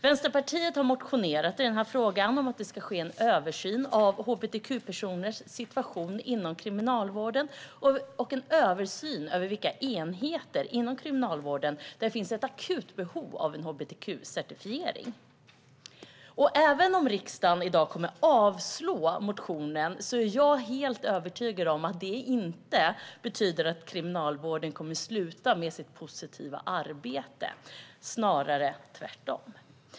Vänsterpartiet har motionerat i denna fråga om att det ska ske en översyn av hbtq-personers situation inom kriminalvården och en översyn av vilka enheter inom kriminalvården där det finns ett akut behov av en hbtq-certifiering. Även om riksdagen i dag kommer att avslå motionen är jag helt övertygad om att det inte betyder att kriminalvården kommer att sluta med sitt positiva arbete - snarare tvärtom.